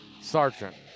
sergeant